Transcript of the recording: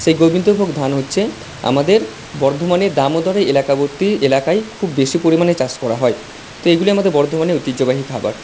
সেই গোবিন্দভোগ ধান হচ্ছে আমাদের বর্ধমানের দামোদরের এলাকাবর্তী এলাকায় খুব বেশি পরিমাণে চাষ করা হয় তো এইগুলি আমাদের বর্ধমানের ঐতিহ্যবাহী খাবার